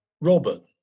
Robert